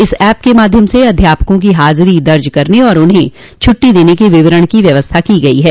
इस एप के माध्यम से अध्यापकों की हाजिरी दर्ज करने और उन्हें छुट्टी देने क विवरण की व्यवस्था की गई है